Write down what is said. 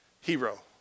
hero